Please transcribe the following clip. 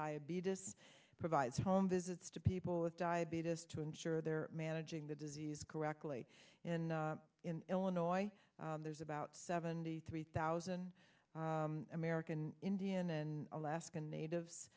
diabetes provides home visits to people with diabetes to ensure they're managing the disease correctly in illinois there's about seventy three thousand american indian and alaskan natives